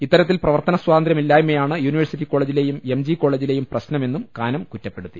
ഇത്തരത്തിൽ പ്രവർത്തന സ്വാതന്ത്ര്യമില്ലായ്മയാണ് യൂണിവേ ഴ്സിറ്റി കോളെജിലെയും എം ജി കോളെജിലെയും പ്രശ്നമെന്നും കാനം കുറ്റപ്പെടുത്തി